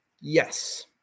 Yes